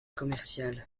commerciale